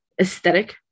aesthetic